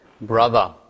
brother